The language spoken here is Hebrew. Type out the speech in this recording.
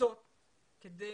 בתפוצות כדי